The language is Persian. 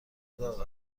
داغ